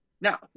Now